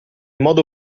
modo